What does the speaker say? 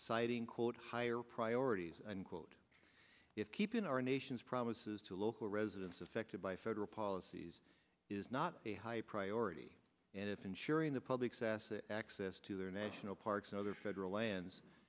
citing quote higher priorities and quote if keeping our nation's promises to local residents affected by federal policies is not a high priority and if ensuring the public's s a access to their national parks and other federal lands